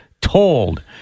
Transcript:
told